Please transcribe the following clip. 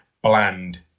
Bland